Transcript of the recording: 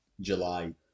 July